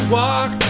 walk